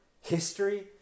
history